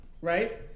right